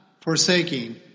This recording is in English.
forsaking